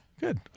Good